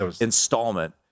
installment